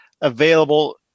available